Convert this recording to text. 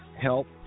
help